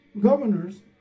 Governors